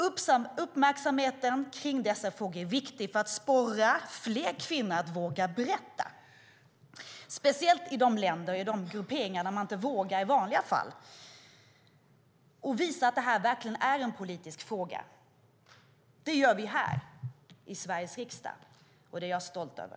Uppmärksamheten kring dessa frågor är viktig för att sporra fler kvinnor att våga berätta, speciellt i de länder och grupperingar där man i vanliga fall inte vågar, och för att visa att det här verkligen är en politisk fråga. Det gör vi här i Sveriges riksdag, och det är jag stolt över.